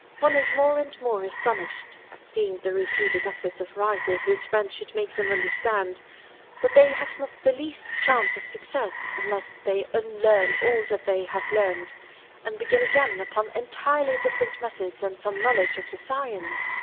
one is more and more as tonished at seeing the repeated efforts of writers whose friends should make them understand that they have not the least chance of success unless they unlearn all that they have learned and begin again upon entirely different methods and some knowledge of the science.